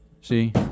See